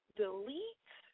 delete